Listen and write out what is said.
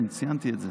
כן, ציינתי את זה.